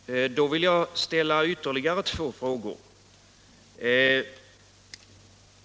Herr talman! Då vill jag ställa ytterligare en fråga.